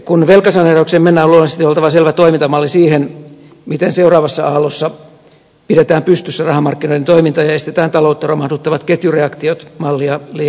kun velkasaneeraukseen mennään luonnollisesti on oltava selvä toimintamalli siihen miten seuraavassa aallossa pidetään pystyssä rahamarkkinoiden toiminta ja estetään taloutta romahduttavat ketjureaktiot mallia lehman brothers